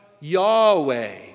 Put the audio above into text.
Yahweh